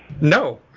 No